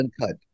Uncut